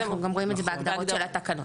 ואנחנו גם רואים את זה בהגדרות של התקנות.